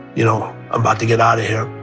you know about to get out of here.